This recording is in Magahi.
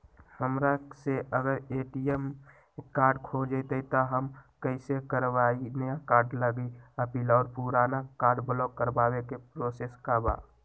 हमरा से अगर ए.टी.एम कार्ड खो जतई तब हम कईसे करवाई नया कार्ड लागी अपील और पुराना कार्ड ब्लॉक करावे के प्रोसेस का बा?